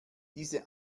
diese